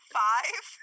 five